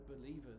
believers